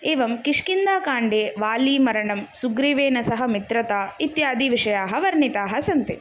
एवं किष्किन्दाकाण्डे वालिमरणं सुग्रीवेन सह मित्रता इत्यादि विषयाः वर्णिताः सन्ति